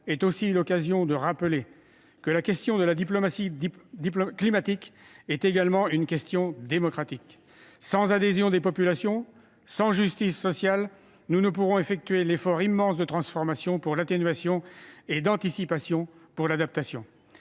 est aussi l'occasion de rappeler que la question de la diplomatie climatique est également une question démocratique. Sans adhésion des populations, sans justice sociale, nous ne pourrons effectuer l'effort immense de transformation et d'anticipation nécessaire pour l'atténuation